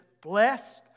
blessed